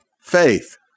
faith